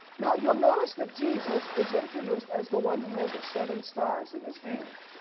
now you'll notice that jesus is introduced as the one who has the seven stars in his hand.